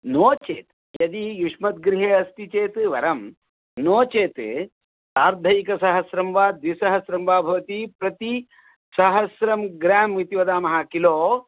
नो चेत् यदि युष्मद् गृहे अस्ति चेत् वरं नो चेत् सार्धैकसहस्रं वा द्विसहस्रं वा भवति प्रति सहस्रं ग्रां इति वदामः किलो